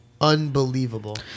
unbelievable